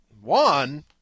One